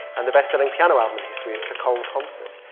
and the best-selling piano album in history is the koln concert.